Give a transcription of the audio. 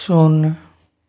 शून्य